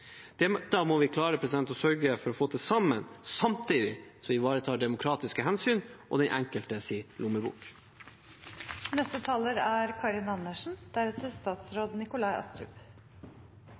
må vi klare å sørge for å få til sammen samtidig som vi ivaretar hensynet til demokratiske prinsipper og den